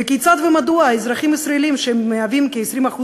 וכיצד ומדוע אזרחים ישראלים שמהווים כ-20%